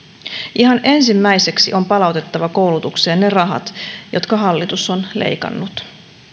ihan ensimmäiseksi on palautettava koulutukseen ne rahat jotka hallitus on leikannut